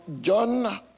John